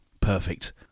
Perfect